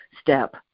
step